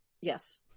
Yes